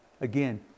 Again